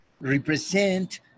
represent